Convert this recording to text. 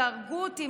תהרגו אותי,